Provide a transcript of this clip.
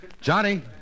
Johnny